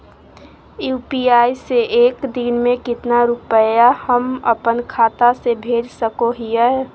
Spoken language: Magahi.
यू.पी.आई से एक दिन में कितना रुपैया हम अपन खाता से भेज सको हियय?